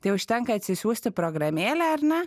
tai užtenka atsisiųsti programėlę ar ne